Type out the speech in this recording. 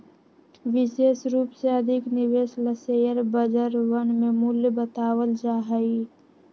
विशेष रूप से अधिक निवेश ला शेयर बजरवन में मूल्य बतावल जा हई